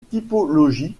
typologie